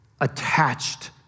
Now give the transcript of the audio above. attached